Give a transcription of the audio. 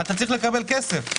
אתה צריך לקבל כסף,